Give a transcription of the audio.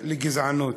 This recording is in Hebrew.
לגזענות,